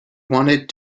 wanted